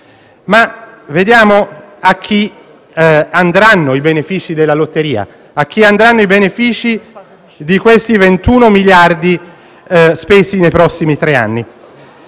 Vediamo ora a chi andranno i benefici della lotteria, a chi andranno i benefici dei 21 miliardi spesi nei prossimi tre anni.